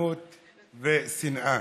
גזענות ושנאה,